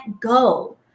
go